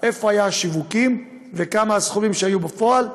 איפה היה השיווק ומה הסכומים שהיו בפועל.